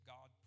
God